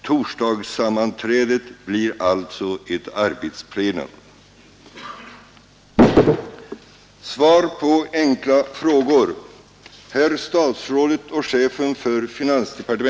Torsdagssam manträdet blir alltså ett arbetsplenum.